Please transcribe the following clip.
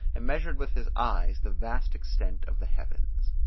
and measured with his eyes the vast extent of the heavens.